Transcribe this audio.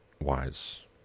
wise